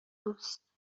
دوست